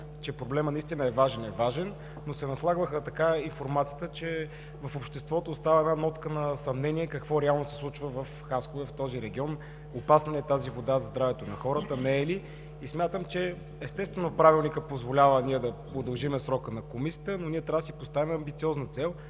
че проблемът наистина е важен, е важен, но се наслагваше информацията, че в обществото остава една нотка на съмнение: какво реално се случва в Хасково и този регион, опасна ли е тази вода за здравето на хората, не е ли? Естествено, Правилникът позволява да удължим срока на Комисията, но трябва да си поставим амбициозна цел.